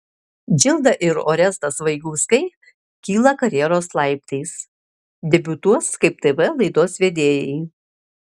džilda ir orestas vaigauskai kyla karjeros laiptais debiutuos kaip tv laidos vedėjai